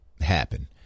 happen